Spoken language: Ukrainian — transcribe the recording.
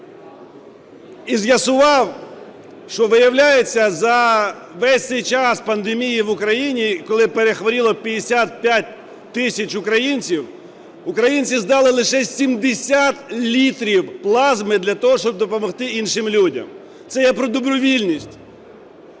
І з'ясував, що, виявляється, за весь цей час пандемії в Україні, коли перехворіло 55 тисяч українців, українці здали лише 70 літрів плазми для того, щоб допомогти іншим людям. Це я про добровільність.